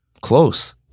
Close